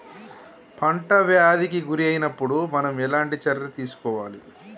పంట వ్యాధి కి గురి అయినపుడు మనం ఎలాంటి చర్య తీసుకోవాలి?